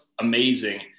amazing